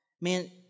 Man